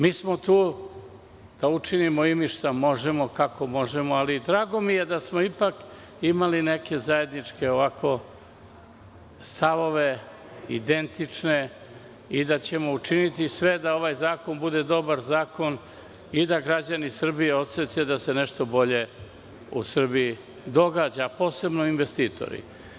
Mi smo tu da učinimo šta možemo i kako možemo, ali mi je drago da smo ipak imali neke zajedničke stavove, identične, i da ćemo učiniti sve da ovaj zakon bude dobar i da građani Srbije osete da se nešto bolje u Srbiji događa, posebno investitori.